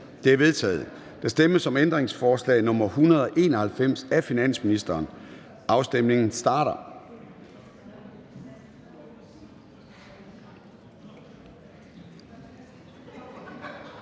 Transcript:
Det er vedtaget. Der stemmes om ændringsforslag nr. 191 af finansministeren. Afstemningen starter.